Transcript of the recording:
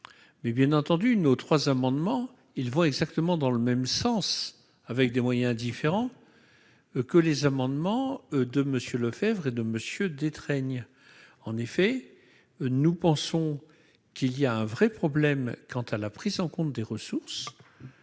mais bien entendu, nos 3 amendements, il voit exactement dans le même sens, avec des moyens différents, que les amendements de Monsieur Lefebvre et de Monsieur en effet, nous pensons qu'il y a un vrai problème quant à la prise en compte des ressources